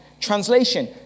Translation